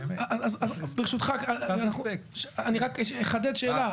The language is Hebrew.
ברשותך, אני רק אחדד שאלה.